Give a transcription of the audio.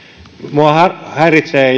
minua häiritsee